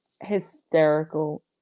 hysterical